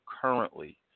currently